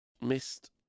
Missed